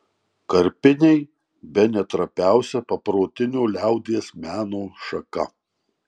karpiniai bene trapiausia paprotinio liaudies meno šaka